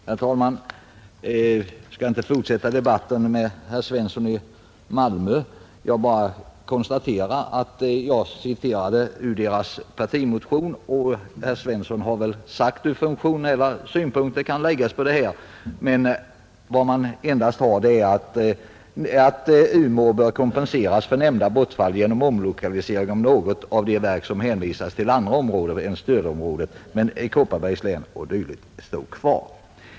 Herr talman! Jag skall inte fortsätta debatten med herr Svensson i Malmö. Jag bara konstaterar att jag citerade ur vpk:s partimotion och att herr Svensson framhållit vilka funktionella synpunkter som kan läggas på denna fråga. Det enda man nu har att komma med är att Umeå bör kompenseras för nämnda bortfall genom omlokalisering av något av de verk som hänvisats till andra områden än stödområdet — Kopparberg o, d. står emellertid kvar.